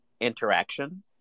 interaction